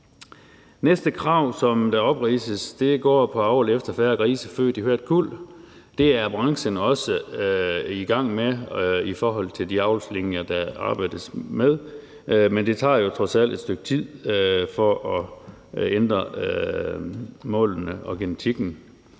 Næste krav, der opridses, går jo på at avle efter, at der bliver født færre grise i hvert kuld. Det er branchen også i gang med i forhold til de avlslinjer, der arbejdes med, men det tager trods alt et stykke tid at ændre målene og genetikken.